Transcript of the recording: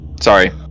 sorry